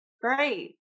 great